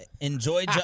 Enjoy